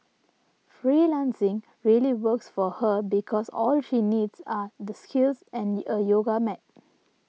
freelancing really works for her because all she needs are the skills and a yoga mat